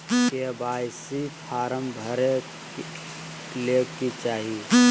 KYC form भरे ले कि चाही?